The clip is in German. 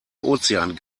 ozean